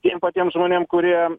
tiem patiem žmonėm kurie